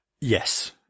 Yes